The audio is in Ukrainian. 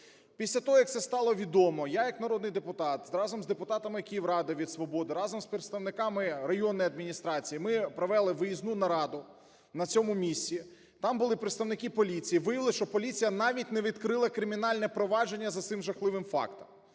Після того, як це стало відомо, я як народний депутат разом з депутатами Київради від "Свободи", разом з представниками районної адміністрації, ми провели виїзну нараду на цьому місці. Там були представники поліції. Виявилось, що поліція навіть не відкрила кримінальне провадження за цим жахливим фактом!